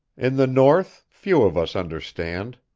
in the north few of us understand,